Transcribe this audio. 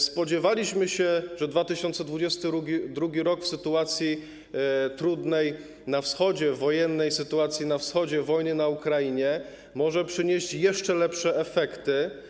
Spodziewaliśmy się, że 2022 r. w sytuacji trudnej na wschodzie, wojennej sytuacji na Wschodzie, wojny na Ukrainie może przynieść jeszcze lepsze efekty.